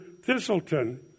Thistleton